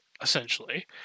essentially